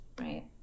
right